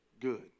good